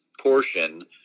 portion